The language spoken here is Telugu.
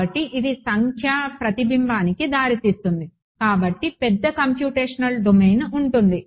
కాబట్టి ఇది సంఖ్యా ప్రతిబింబానికి దారితీస్తుంది కాబట్టి పెద్ద కంప్యుటేషనల్ డొమైన్ ఉంటుంది